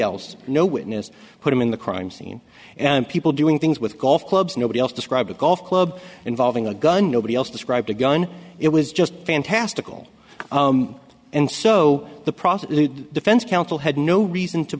else no witness put him in the crime scene and people doing things with golf clubs nobody else described a golf club involving a gun nobody else described a gun it was just fantastical and so the process defense counsel had no reason to